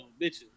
bitches